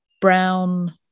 brown